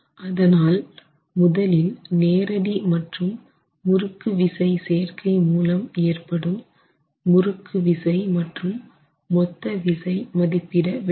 அதனால் முதலில் நேரடி மற்றும் முறுக்கு விசை சேர்க்கை மூலம் ஏற்படும் முறுக்கு விசை மற்றும் மொத்த விசை மதிப்பிட வேண்டும்